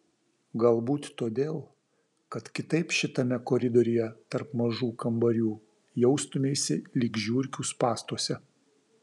galbūt todėl kad kitaip šitame koridoriuje tarp mažų kambarių jaustumeisi lyg žiurkių spąstuose